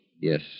Yes